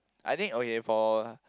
I think okay for